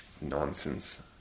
Nonsense